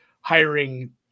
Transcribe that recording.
hiring